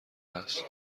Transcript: هست